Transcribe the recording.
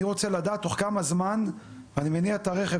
אני רוצה לדעת תוך כמה זמן אם אני מניע את הרכב